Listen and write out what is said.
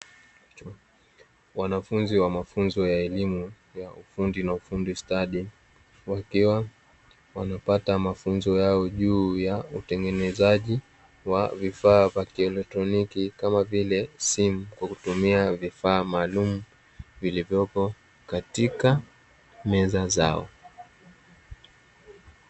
Wanafunzi wa mafunzo ya elimu ya ufundi na ufundi stadi wakiwa wanapata mafunzo yao juu ya utengenezaji wa vifaa vya kieletroniki kama vile simu kwa kutumia vifaa maalumu vilivyopo katika meza zao.